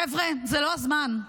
חבר'ה, זה לא הזמן.